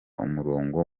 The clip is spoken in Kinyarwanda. umurongo